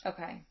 Okay